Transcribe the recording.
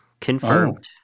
confirmed